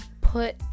Put